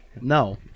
No